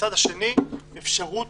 ומצד שני אפשרות